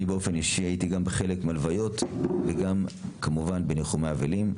אני באופן אישי הייתי גם בחלק מההלוויות וגם כמובן בניחומי אבלים.